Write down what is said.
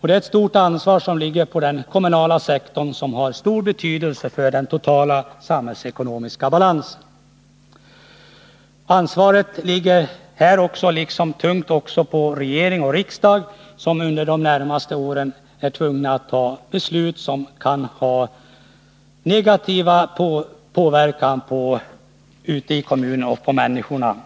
Det är ett stort ansvar som ligger på den kommunala sektorn, som har stor betydelse för den totala samhällsekonomiska balansen. Ansvaret ligger här tungt också på regering och riksdag, som under de närmaste åren är tvungna att fatta beslut som kan ha negativa verkningar ute i kommunerna och för människorna.